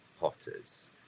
potters